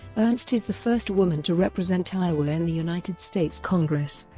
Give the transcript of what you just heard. ernst is the first woman to represent iowa in the united states congress